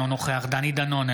אינו נוכח דני דנון,